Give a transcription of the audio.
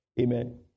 Amen